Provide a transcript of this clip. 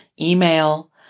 email